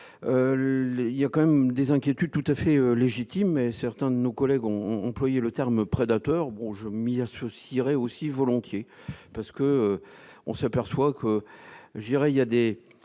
il y a quand même des inquiétudes tout à fait légitime mais certains de nos collègues ont employé le terme prédateur, bon, je m'y associerait aussi volontiers parce que on s'aperçoit que je dirais il y a des